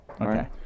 Okay